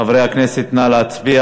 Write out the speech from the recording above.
חברי הכנסת, נא להצביע.